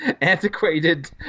antiquated